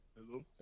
Hello